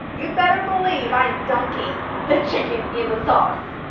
you better believe i dunking the chicken in the sauce,